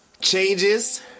changes